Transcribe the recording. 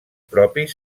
propis